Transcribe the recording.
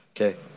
Okay